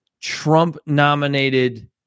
Trump-nominated